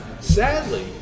Sadly